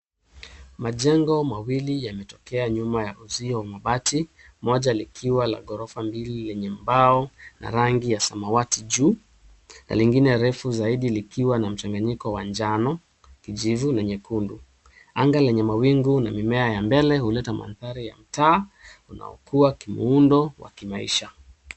Majengo mawili yametokea nyuma ya uzio wa mabati moja likiwa la gorofa mbili lenye mbao na rangi ya samawati juu na lingine refu zaidi likiwa na mchanganyiko wa njano, kijivu na nyekundu. Anga lenye mawingu na mimea ya mbele huleta mandhari ya mtaa unaokua kimuundo wa kimaisha.